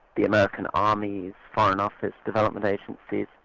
the american armies, foreign office, development agencies,